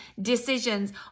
decisions